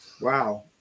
Wow